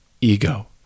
ego